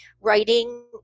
writing